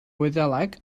wyddeleg